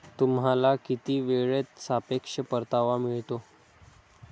तुम्हाला किती वेळेत सापेक्ष परतावा मिळतो?